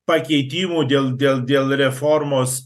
pakeitimų dėl dėl dėl reformos